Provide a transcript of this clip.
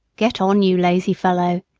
get on, you lazy fellow,